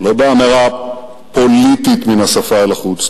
לא באמירה פוליטית מן השפה ולחוץ,